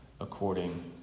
according